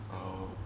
err